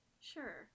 sure